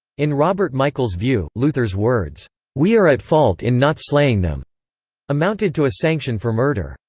in robert michael's view, luther's words we are at fault in not slaying them amounted to a sanction for murder.